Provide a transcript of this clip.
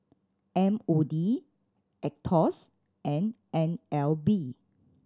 M O D Aetos and N L B